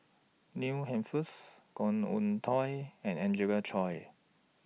Neil Humphreys Khoo Oon Teik and Angelina Choy